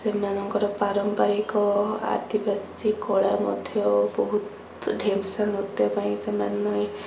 ସେମାନଙ୍କର ପାରମ୍ପାରିକ ଆଦିବାସୀ କଳା ମଧ୍ୟ ବହୁତ ଢେମସା ନୃତ୍ୟ ପାଇଁ ସେମାନେ